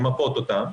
למפות אותן,